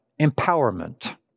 empowerment